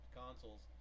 consoles